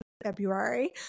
February